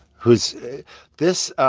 who's this